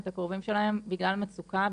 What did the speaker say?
את הקרובים שלהם בגלל מצוקה,